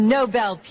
Nobel